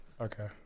Okay